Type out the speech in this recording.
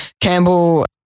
Campbell